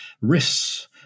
risks